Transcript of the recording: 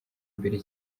imbere